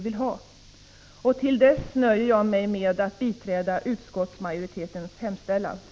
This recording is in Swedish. Till dess nöjer jag mig med att biträda utskottsmajoritetens hemställan.